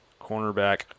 cornerback